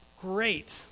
great